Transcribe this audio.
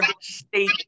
state